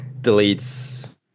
deletes